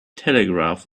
telegraph